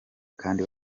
kandi